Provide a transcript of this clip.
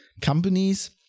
companies